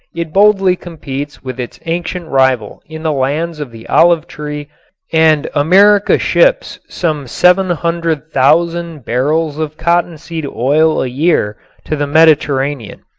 it boldly competes with its ancient rival in the lands of the olive tree and america ships some seven hundred thousand barrels of cottonseed oil a year to the mediterranean.